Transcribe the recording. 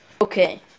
Okay